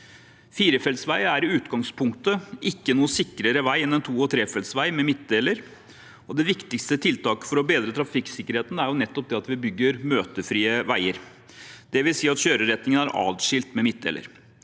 Firefelts vei er i utgangspunktet ikke noe sikrere vei enn en to- og trefelts vei med midtdeler, og det viktigste tiltaket for å bedre trafikksikkerheten er nettopp at vi bygger møtefrie veier, dvs. at kjøreretningene er atskilt med midtdeler.